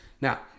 Now